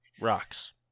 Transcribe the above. rocks